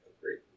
great